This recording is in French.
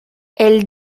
elle